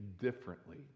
differently